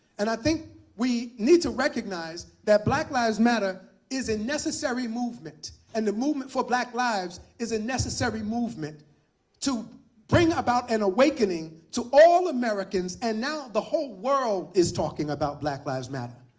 and i think we need to recognize that black lives matter is a necessary movement, and the movement for black lives is a necessary movement to bring about an awakening to all americans. and now the whole world is talking about black lives matter,